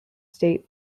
stage